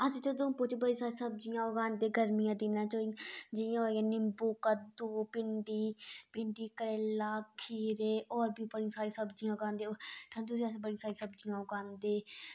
अस उधुमपुर च बड़ी सारी सब्जियां उगांदे गरमिये दिने च जियां होई निम्बू कद्दू भिंडी करेला खीरे होर बी बड़ी सारी सब्जियां उगांदे होर ठंडू च बी अस बड़ी सारी सब्जियां उगांदे